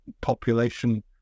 population